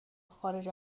خارج